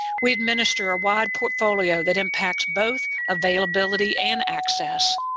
we administer a wide portfolio that impacts both availability and access.